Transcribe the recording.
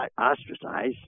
Ostracize